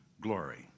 glory